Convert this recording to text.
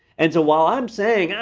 and so while i'm saying, yeah